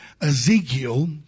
Ezekiel